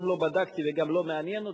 גם לא בדקתי, וגם לא מעניין אותי.